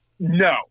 No